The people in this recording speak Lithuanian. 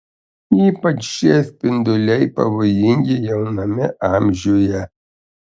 ypač šie spinduliai pavojingi jauname amžiuje